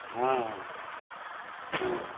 ஆ ம்